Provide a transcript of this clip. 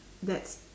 that's